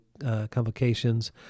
convocations